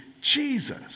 Jesus